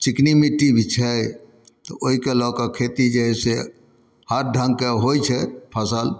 चिकनी मिट्टी जे छै तऽ ओयके लऽ कऽ खेती जे है से हर ढङ्गके होइ छै फसल